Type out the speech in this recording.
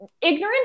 ignorant